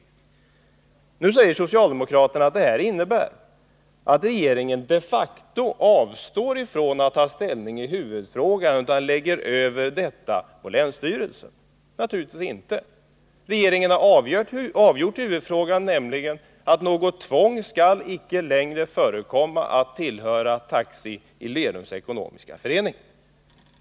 Nu säger socialdemokraterna att detta innebär att regeringen de facto avstår från att ta ställning i huvudfrågan och i stället lägger över det ansvaret på länsstyrelsen. Naturligtvis inte. Regeringen har avgjort huvudfrågan, nämligen genom att säga att något tvång att tillhöra taxiföreningen i Lerum icke längre skall förekomma.